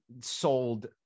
sold